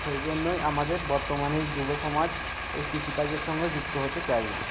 সেই জন্যই আমাদের বর্তমানের যুবসমাজ এই কিষি কাজের সঙ্গে যুক্ত হতে চায় না